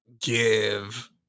give